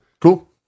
cool